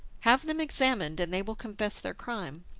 have them examined, and they will confess their crime.